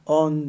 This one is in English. on